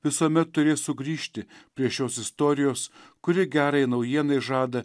visuomet turės sugrįžti prie šios istorijos kuri gerajai naujienai žada